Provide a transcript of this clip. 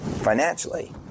financially